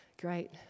Great